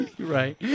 Right